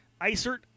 Isert